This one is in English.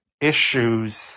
issues